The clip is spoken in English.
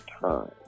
time